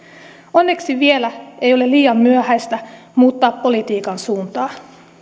onneksi vielä ei ole liian myöhäistä muuttaa politiikan suuntaa